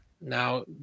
now